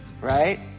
right